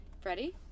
Freddie